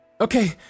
Okay